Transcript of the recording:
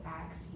ask